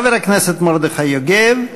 חבר הכנסת מרדכי יוגב.